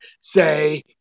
say